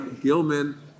Gilman